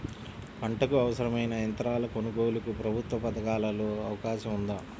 పంటకు అవసరమైన యంత్రాల కొనగోలుకు ప్రభుత్వ పథకాలలో అవకాశం ఉందా?